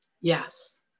Yes